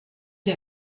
der